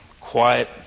quiet